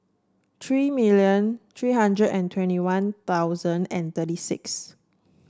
three million three hundred and twenty One Thousand and thirty six